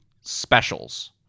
specials